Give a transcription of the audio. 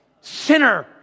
Sinner